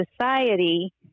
society